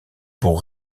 pour